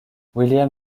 william